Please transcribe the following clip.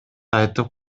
айтып